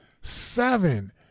Seven